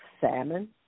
salmon